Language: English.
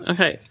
Okay